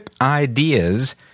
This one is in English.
Ideas